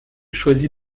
choisit